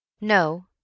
No